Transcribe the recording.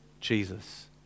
Jesus